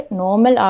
normal